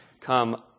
come